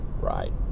right